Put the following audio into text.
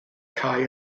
cae